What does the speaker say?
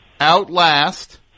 Outlast